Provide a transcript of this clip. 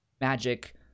magic